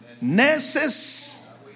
nurses